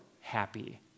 happy